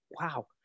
wow